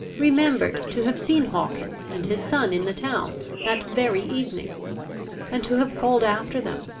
remembered to have seen hawkins and his son in the town that very evening and to have called after them,